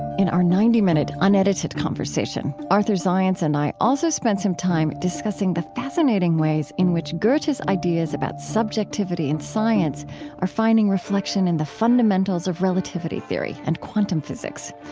in our ninety minute unedited conversation, arthur zajonc and i also spent some time discussing the fascinating ways in which goethe's ideas about subjectivity in science are finding reflection in the fundamentals of relativity theory and quantum physics.